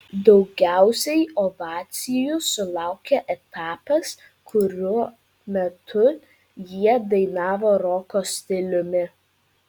daugiausiai ovacijų sulaukė etapas kurio metu jie dainavo roko stiliumi